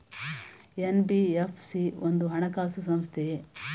NBFC ಒಂದು ಹಣಕಾಸು ಸಂಸ್ಥೆಯೇ?